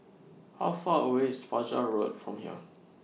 How Far away IS Fajar Road from here